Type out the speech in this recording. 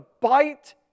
bite